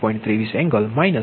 23 angle minus 67